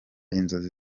inzozi